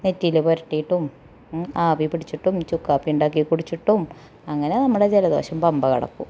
നെറ്റിയിൽ പുരട്ടിയിട്ടും ആവിപിടിച്ചിട്ടും ചുക്ക്കാപ്പി ഉണ്ടാക്കി കുടിച്ചിട്ടും അങ്ങനെ നമ്മുടെ ജലദോഷം പമ്പ കടക്കും